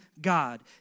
God